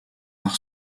par